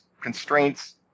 constraints